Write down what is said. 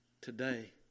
Today